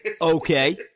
Okay